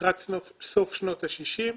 לקראת סוף שנות ה-60.